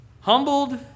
humbled